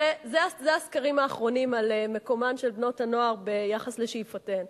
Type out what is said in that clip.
אלה הסקרים האחרונים על מקומן של בנות-הנוער ביחס לשאיפותיהן.